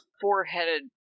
Four-headed